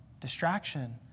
distraction